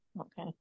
Okay